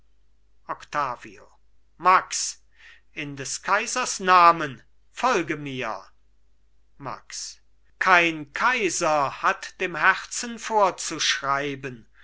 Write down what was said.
octavio max in des kaisers namen folge mir max kein kaiser hat dem herzen vorzuschreiben